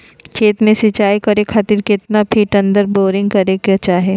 खेत में सिंचाई करे खातिर कितना फिट अंदर बोरिंग करे के चाही?